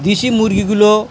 দেশি মুরগিগুলো